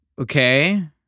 Okay